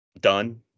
done